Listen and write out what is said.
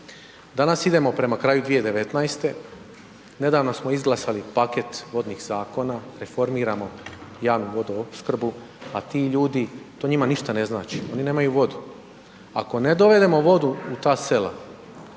Danas idemo prema kraju 2019., nedavno smo izglasali paket vodnih zakona, reformiramo javnu vodoopsrkbu, a ti ljudi, to njima ništa ne znači, oni nemaju vodu. Ako ne dovedemo vodu u ta sela,